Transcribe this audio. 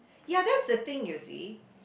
ya that's the thing you see